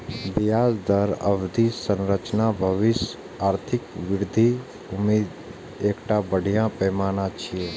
ब्याज दरक अवधि संरचना भविष्यक आर्थिक वृद्धिक उम्मीदक एकटा बढ़िया पैमाना छियै